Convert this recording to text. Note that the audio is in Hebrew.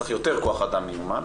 צריך יותר כוח אדם מיומן,